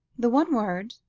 the one word,